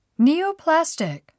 Neoplastic